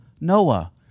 Noah